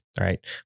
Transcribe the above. right